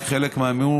רק חלק מהמימון,